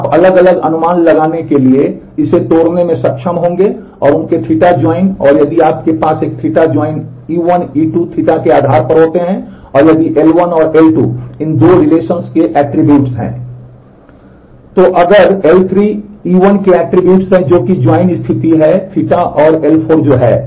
तो अगर L3 E1 के ऐट्रिब्यूट्स स्थिति हैं Ɵ और L4 जो हैं